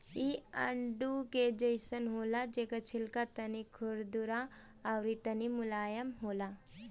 इ आडू के जइसन होला जेकर छिलका तनी खुरदुरा अउरी तनी मुलायम होला